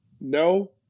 No